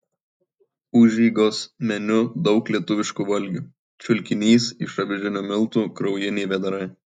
užeigos meniu daug lietuviškų valgių čiulkinys iš avižinių miltų kraujiniai vėdarai